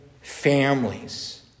families